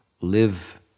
live